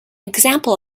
example